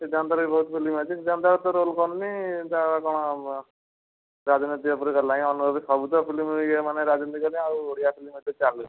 ସିଦ୍ଧାନ୍ତର ବି ବହୁତ ଫିଲ୍ମ ଅଛି ସିଦ୍ଧାନ୍ତ ତ ରୋଲ୍ କରୁନି ତା କଣ ରାଜନୀତି ଉପରେ ଗଲାଣି ଅନୁଭବ ସବୁ ତ ଫିଲ୍ମ ଇଏ ମାନେ ରାଜନୀତି ଆଉ ଓଡ଼ିଆ ଫିଲ୍ମ ଏତେ ଚାଲୁନି